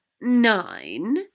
nine